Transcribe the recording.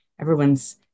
Everyone's